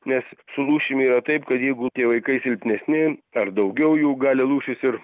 nes su lūšimi yra taip kad jeigu tie vaikai silpnesni ar daugiau jų gali lūšys ir